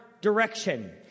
direction